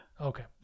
Okay